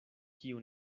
kiu